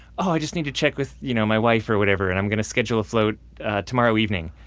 ah i just need to check with you know my wife, or whatever, and i'm gonna schedule a float tomorrow evening,